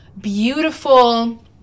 beautiful